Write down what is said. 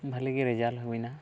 ᱵᱷᱟᱞᱮ ᱜᱮ ᱨᱮᱡᱟᱞ ᱦᱩᱭᱮᱱᱟ